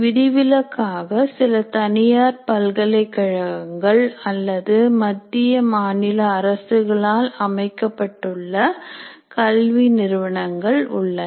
விதிவிலக்காக சில தனியார் பல்கலைக்கழகங்கள் அல்லது மத்திய மாநில அரசுகளால் அமைக்கப்பட்டுள்ள கல்வி நிறுவனங்கள் உள்ளன